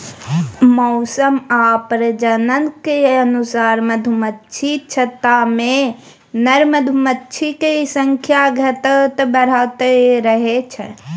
मौसम आ प्रजननक अनुसार मधुमाछीक छत्तामे नर मधुमाछीक संख्या घटैत बढ़ैत रहै छै